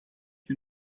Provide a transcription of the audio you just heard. you